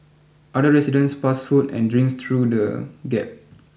other residents passed food and drinks through the gap